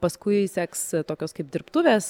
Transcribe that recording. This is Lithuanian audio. paskui seks tokios kaip dirbtuvės